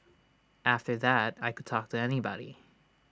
after that I could talk to anybody